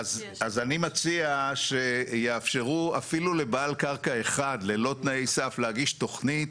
אני מציע שיאפשרו אפילו לבעל קרקע אחד ללא תנאי סף להגיש תוכנית,